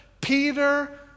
Peter